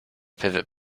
pivot